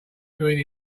doing